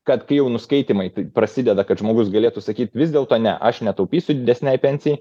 kad kai jau nuskaitymai prasideda kad žmogus galėtų sakyti vis dėlto ne aš netaupysiu didesnei pensijai